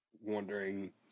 wondering